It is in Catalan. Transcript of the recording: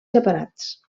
separats